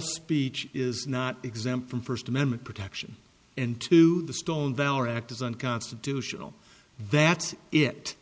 speech is not exempt from first amendment protection and to the stone valor act is unconstitutional that's it